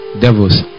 Devils